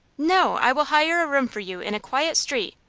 no i will hire a room for you in a quiet street,